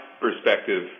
perspective